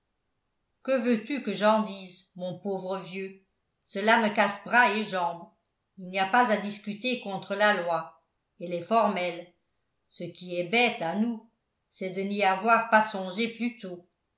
que veux-tu que j'en dise mon pauvre vieux cela me casse bras et jambes il n'y a pas à discuter contre la loi elle est formelle ce qui est bête à nous c'est de n'y avoir pas songé plus tôt